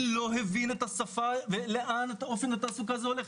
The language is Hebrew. לא הבין את השפה ולאן התעסוקה הזו הולכת.